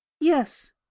Yes